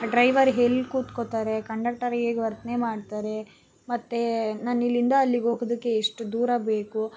driver ಎಲ್ಲಿ ಕೂತ್ಕೊತಾರೆ conductor ಹೇಗೆ ವರ್ತನೆ ಮಾಡ್ತಾರೆ ಮತ್ತೆ ನಾನಿಲ್ಲಿಂದ ಅಲ್ಲಿಗೆ ಹೋಗೋದಕ್ಕೆ ಎಷ್ಟು ದೂರಬೇಕು